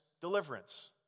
deliverance